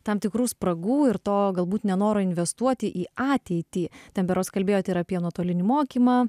tam tikrų spragų ir to galbūt nenoro investuoti į ateitį ten berods kalbėjot ir apie nuotolinį mokymą